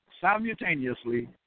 Simultaneously